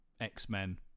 X-Men